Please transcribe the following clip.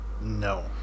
No